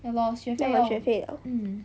要还学费了